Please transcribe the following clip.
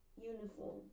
Uniform